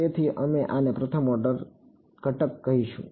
તેથી અમે આને પ્રથમ ઓર્ડર ઘટક કહીશું